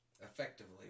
effectively